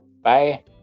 Bye